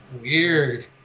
Weird